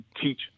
teach